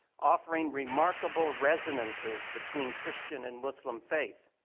offering remarkable resonances between christian and muslim faith,